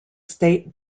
state